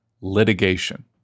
litigation